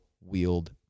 wield